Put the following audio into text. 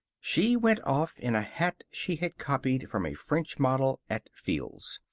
she went off in a hat she had copied from a french model at field's,